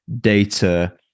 data